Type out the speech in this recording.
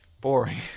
Boring